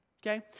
Okay